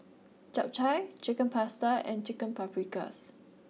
Japchae Chicken Pasta and Chicken Paprikas